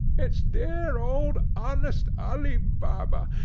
it's dear old honest ali baba!